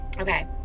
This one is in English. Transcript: Okay